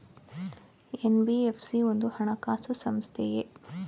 NBFC ಒಂದು ಹಣಕಾಸು ಸಂಸ್ಥೆಯೇ?